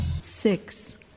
Six